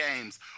games